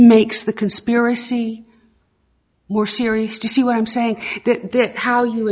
makes the conspiracy more serious to see what i'm saying how you